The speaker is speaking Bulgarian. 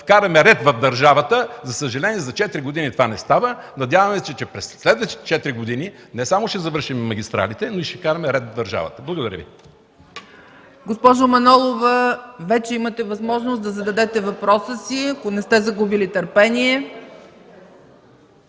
вкараме ред в държавата. За съжаление, за четири години това не става. Надяваме се, че през следващите четири години не само ще завършим магистралите, но и ще вкараме ред в държавата. Благодаря Ви. ПРЕДСЕДАТЕЛ ЦЕЦКА ЦАЧЕВА: Госпожо Манолова, вече имате възможност да зададете въпроса си, ако не сте загубили търпение.